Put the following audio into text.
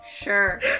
Sure